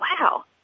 wow